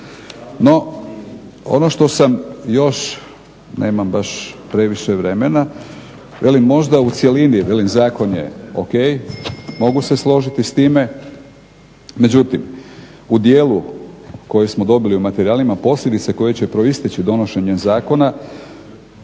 No ono što sam još, nemam baš previše vremena, velim možda u cjelini, velim zakon je ok, mogu se složiti s time, međutim u djelu koji smo dobili u materijalima posljedice koje će proisteći donošenjem zakona